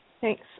Thanks